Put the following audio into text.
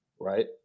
Right